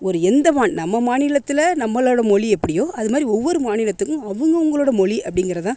ஒரு எந்த மாந் நம்ம மாநிலத்தில் நம்மளோடய மொழி எப்படியோ அது மாதிரி ஒவ்வொரு மாநிலத்துக்கும் அவங்கவங்களோடய மொழி அப்படிங்கிறது தான்